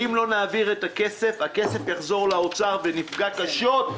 אם לא נעביר את הכסף הוא יחזור לאוצר ונפגע קשות,